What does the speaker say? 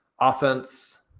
offense